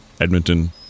Edmonton